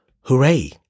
Hooray